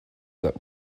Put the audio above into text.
that